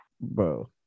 Bro